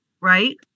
right